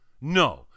No